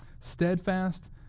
steadfast